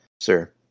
sir